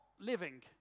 living